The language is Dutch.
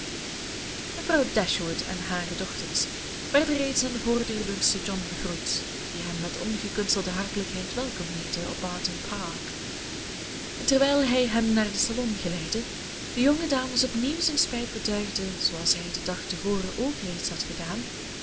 mevrouw dashwood en hare dochters werden reeds aan de voordeur door sir john begroet die hen met ongekunstelde hartelijkheid welkom heette op barton park en terwijl hij hen naar den salon geleidde den jongen dames opnieuw zijn spijt betuigde zooals hij den dag te voren ook reeds had gedaan